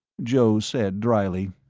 joe said dryly,